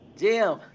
Jim